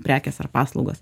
prekės ar paslaugos